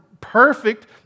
perfect